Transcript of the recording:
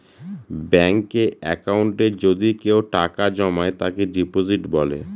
ব্যাঙ্কে একাউন্টে যদি কেউ টাকা জমায় তাকে ডিপোজিট বলে